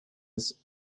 his